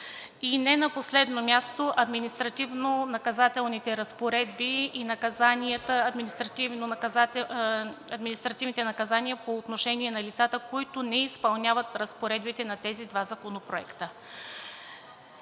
Не на последно място, административнонаказателните разпоредби и административните наказания по отношение на лицата, които не изпълняват разпоредбите на тези два законопроекта.